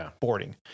boarding